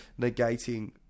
negating